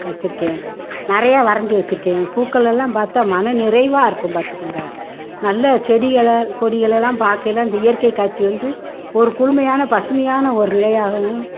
வச்சுருக்கேன் நிறையா வரைஞ்சு வச்சுருக்கேன் பூக்களெல்லாம் பார்த்தா மனநிறைவாக இருக்கும் பார்த்துக்கோங்க நல்ல செடிகளை கொடிகளெல்லாம் பார்க்கையில அந்த இயற்கை காட்சி வந்து ஒரு குளுமையான பசுமையான ஒரு நிலையாகவும்